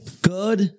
Good